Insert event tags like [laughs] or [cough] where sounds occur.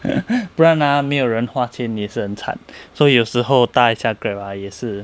[laughs] 不然没有人花钱也是很参 so 有时候搭一下 Grab ah 也是